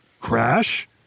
Crash